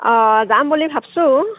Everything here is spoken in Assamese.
অঁ যাম বুলি ভাবছোঁ